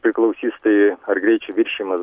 priklausys tai ar greičio viršijimas